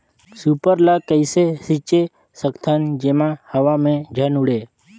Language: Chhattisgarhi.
सुपर ल कइसे छीचे सकथन जेमा हवा मे झन उड़े?